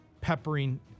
peppering